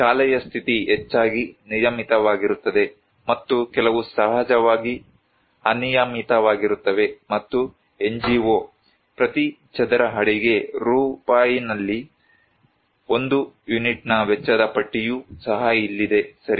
ಶಾಲೆಯ ಸ್ಥಿತಿ ಹೆಚ್ಚಾಗಿ ನಿಯಮಿತವಾಗಿರುತ್ತದೆ ಮತ್ತು ಕೆಲವು ಸಹಜವಾಗಿ ಅನಿಯಮಿತವಾಗಿರುತ್ತವೆ ಮತ್ತು NGO ಪ್ರತಿ ಚದರ ಅಡಿಗೆ ರುಪಾಯಿನಲ್ಲಿ ಒಂದು ಯೂನಿಟ್ನ ವೆಚ್ಚದ ಪಟ್ಟಿಯೂ ಸಹ ಇಲ್ಲಿದೆ ಸರಿ